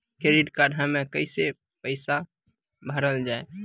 Credit card हम्मे कैसे पैसा भरल जाए?